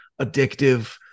addictive